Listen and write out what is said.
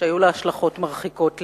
שהיו לה השלכות מרחיקות לכת.